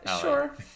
Sure